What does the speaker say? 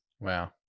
Wow